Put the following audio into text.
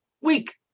week